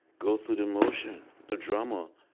go through the motion, the drama,